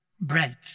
bread